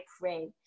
pray